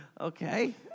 okay